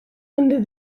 under